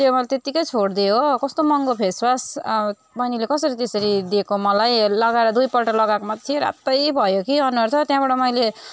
त्यो मैले त्यत्तिकै छोडिदिएँ हो कस्तो महँगो फेसवास बहिनीले कसरी त्यसरी दिएको मलाई लगाएर दुईपल्ट लगाएको मात्रै थिएँ रातै भयो अनुहार त त्यहाँबाट मैले